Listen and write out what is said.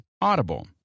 Audible